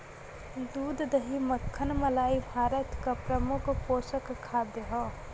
दूध दही मक्खन मलाई भारत क प्रमुख पोषक खाद्य हौ